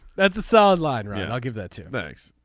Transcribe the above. that's a solid line. yeah i'll give that to thanks.